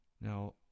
Now